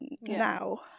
now